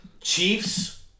Chiefs